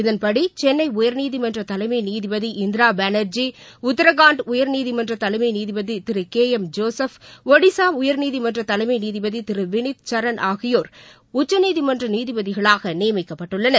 இதன்படிசென்னைஉயர்நீதிமன்றதலைமைநீதிபதி Indira Banerjee Uttarakhand உயர்நீதிமன்றதலைமைநீதிபதிதிருகேளம் Joseph ஒடிஸாஉயர்நீதிமன்றதலைமைநீதிபதிதிருவினித் சரண் ஆகியோர் உச்சநீதிமன்றநீதிபதிகளாகநியமிக்கப்பட்டுள்ளனர்